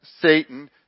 Satan